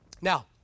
Now